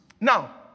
Now